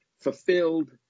fulfilled